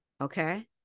Okay